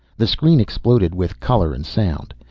the screen exploded with color and sound.